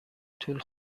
طول